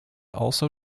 also